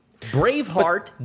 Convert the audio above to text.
Braveheart